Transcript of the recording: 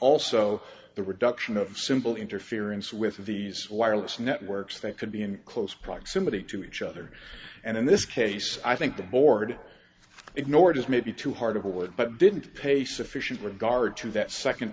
also the reduction of simple interference with of these wireless networks they could be in close proximity to each other and in this case i think the board ignored is maybe too hard of a word but didn't pay sufficient regard to that second